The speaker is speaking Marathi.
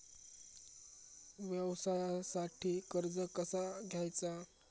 व्यवसायासाठी कर्ज कसा घ्यायचा?